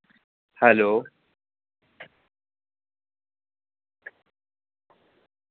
hello